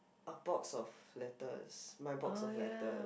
a box of letters my box of letters